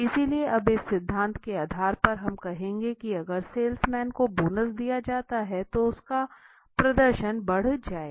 इसलिए अब इस सिद्धांत के आधार पर हम कहेंगे कि अगर सेल्समैन को बोनस दिया जाता है तो उनका प्रदर्शन बढ़ जाएगा